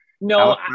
No